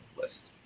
list